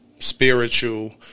Spiritual